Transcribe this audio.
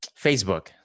Facebook